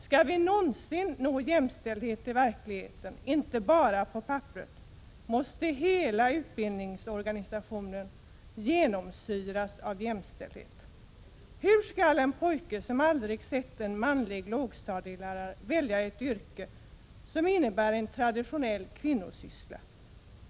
Skall vi någonsin nå jämställdhet i verkligheten och inte bara på papperet måste hela utbildningsorganisationen genomsyras av jämställdhet. Hur skall en pojke, som aldrig sett en manlig lågstadielärare, kunna välja ett yrke som innebär en traditionell kvinnosyssla?